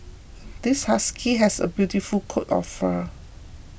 this husky has a beautiful coat of fur